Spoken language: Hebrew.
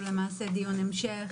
הוא למעשה דיון המשך,